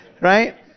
right